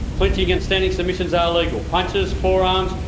clinching and standing submissions are legal. punches, forearms,